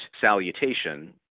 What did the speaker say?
salutation